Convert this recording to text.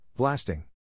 blasting